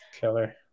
killer